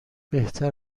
بهتر